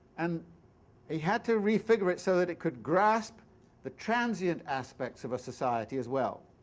and he had to re-figure it so that it could grasp the transient aspects of a society as well.